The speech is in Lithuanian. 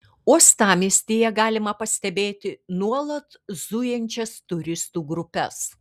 uostamiestyje galima pastebėti nuolat zujančias turistų grupes